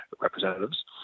representatives